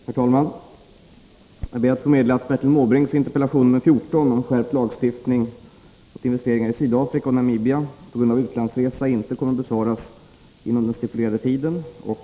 Herr talman! Jag ber att få meddela att Bertil Måbrinks interpellation om husvagnsturism skärpt lagstiftning mot investeringar i Sydafrika och Namibia på grund av inom Norden utlandsresa inte kommer att besvaras inom den stipulerade tiden.